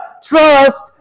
trust